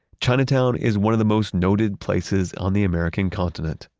chinatown is one of the most noted places on the american continent.